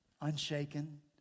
unshaken